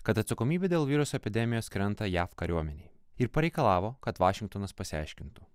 kad atsakomybė dėl viruso epidemijos krenta jav kariuomenei ir pareikalavo kad vašingtonas pasiaiškintų